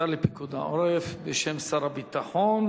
השר להגנת העורף, בשם שר הביטחון.